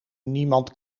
niemand